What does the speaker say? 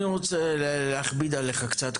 אני רוצה להכביד עליך קצת.